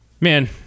Man